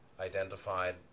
identified